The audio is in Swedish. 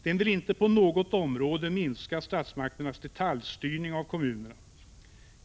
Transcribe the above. Den vill inte på något område minska statsmakternas detaljstyrning av kommunerna.